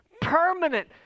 Permanent